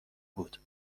بود